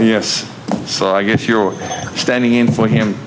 yes so i guess you're standing in for him